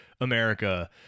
America